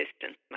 distance